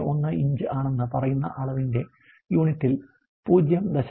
001 inch ആണെന്ന് പറയുന്ന അളവിന്റെ യൂണിറ്റിൽ 0